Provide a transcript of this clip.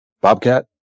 bobcat